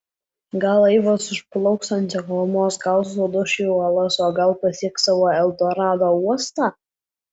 gal laivas užplauks ant seklumos gal suduš į uolas o gal pasieks savo eldorado uostą